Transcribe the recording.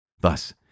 Thus